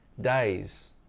days